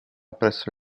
presso